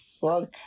fuck